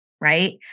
right